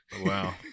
Wow